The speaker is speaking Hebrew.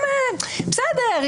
בסדר,